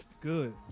Good